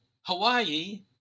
Hawaii